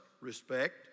respect